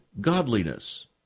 godliness